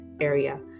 area